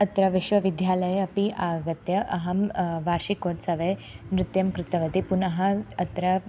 अत्र विश्वविद्यालये अपि आगत्य अहं वार्षिकोत्सवे नृत्यं कृतवती पुनः अत्र